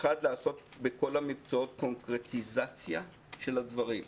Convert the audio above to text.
לעשות בכל המקצועות קונקרטיזציה של הדברים.